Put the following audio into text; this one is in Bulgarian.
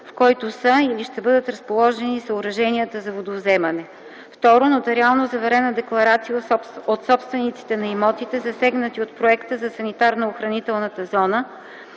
в който са или ще бъдат разположени съоръженията за водовземане; 2. нотариално заверена декларация от собствениците на имотите, засегнати от проекта за санитарно-охранителната зона,